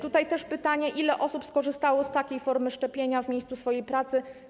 Tutaj też pytanie: Ile osób skorzystało z formy szczepienia w miejscu swojej pracy?